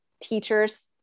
teachers